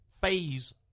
phase